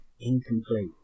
Incomplete